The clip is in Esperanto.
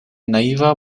naiva